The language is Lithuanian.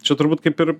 čia turbūt kaip ir